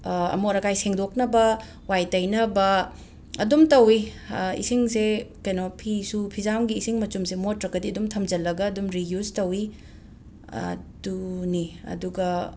ꯑꯃꯣꯠ ꯑꯀꯥꯏ ꯁꯦꯡꯗꯣꯛꯅꯕ ꯋꯥꯏ ꯇꯩꯅꯕ ꯑꯗꯨꯝ ꯇꯧꯋꯤ ꯏꯁꯤꯡꯁꯦ ꯀꯩꯅꯣ ꯐꯤꯁꯨ ꯐꯤꯖꯥꯝꯒꯤ ꯏꯁꯤꯡ ꯃꯆꯨꯝꯁꯦ ꯃꯣꯠꯇ꯭ꯔꯒꯗꯤ ꯑꯗꯨꯝ ꯊꯝꯖꯤꯜꯂꯒ ꯑꯗꯨꯝ ꯔꯤꯌꯨꯁ ꯇꯧꯋꯤ ꯑꯗꯨꯅꯤ ꯑꯗꯨꯒ